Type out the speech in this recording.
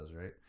right